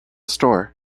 store